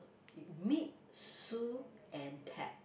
meet Su and pet